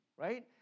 right